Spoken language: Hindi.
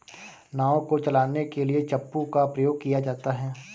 नाव को चलाने के लिए चप्पू का प्रयोग किया जाता है